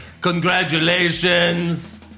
Congratulations